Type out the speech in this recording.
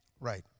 Right